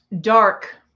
dark